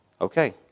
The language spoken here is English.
okay